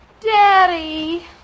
Daddy